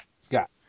Scott